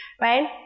right